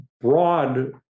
broad